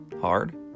Hard